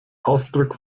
ausdruck